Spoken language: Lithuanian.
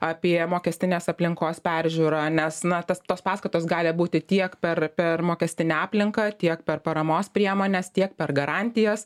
apie mokestinės aplinkos peržiūrą nes na tas tos paskatos gali būti tiek per per mokestinę aplinką tiek per paramos priemones tiek per garantijas